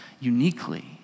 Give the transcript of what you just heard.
uniquely